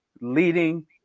leading